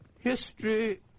History